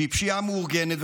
שהיא פשיעה מאורגנת,